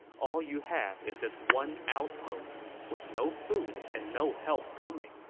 all you have is this one outpost, with no food and no help coming.